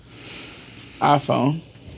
iPhone